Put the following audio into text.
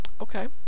Okay